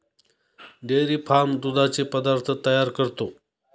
dairy farm दुधाचे पदार्थ तयार करतो